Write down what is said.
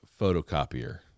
photocopier